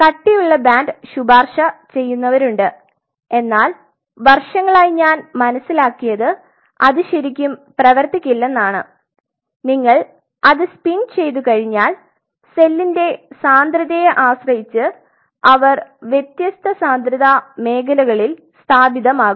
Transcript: കട്ടിയുള്ള ബാൻഡ് ശുപാർശ ചെയ്യുന്നവരുണ്ട് എന്നാൽ വർഷങ്ങളായി ഞാൻ മനസ്സിലാക്കിയത് അത് ശരിക്കും പ്രവർത്തികില്ലെന്നാണ് നിങ്ങൾ അത് സ്പിൻ ചെയ്തുകഴിഞ്ഞാൽ സെല്ലിന്റെ സാന്ദ്രതയെ ആശ്രയിച്ച് അവർ വ്യത്യസ്ത സാന്ദ്രത മേഖലകളിൽ സ്ഥാപിതമാക്കും